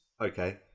okay